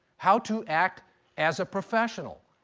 how to act as a professional.